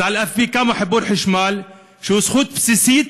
אז על אחת כמה, חיבור חשמל, שהוא זכות בסיסית